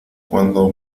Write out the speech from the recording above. cuando